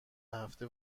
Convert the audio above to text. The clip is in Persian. هفته